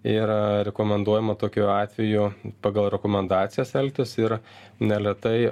ir rekomenduojama tokiu atveju pagal rekomendacijas elgtis ir neletai